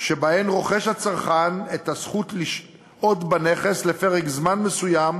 שבהן רוכש הצרכן את הזכות לשהות בנכס לפרק זמן מסוים